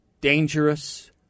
dangerous